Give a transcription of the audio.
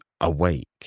awake